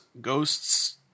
ghosts